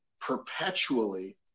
perpetually